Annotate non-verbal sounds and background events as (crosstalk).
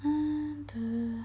(noise)